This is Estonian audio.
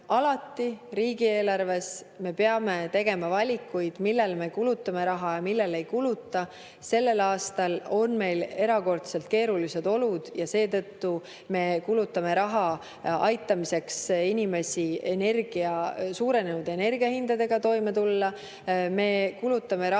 alati riigieelarves me peame tegema valikuid, millele me kulutame raha ja millele ei kuluta. Sellel aastal on meil erakordselt keerulised olud ja seetõttu me kulutame raha, aitamaks inimesi suurenenud energiahindadega toime tulla.